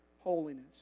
holiness